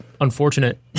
unfortunate